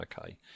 Okay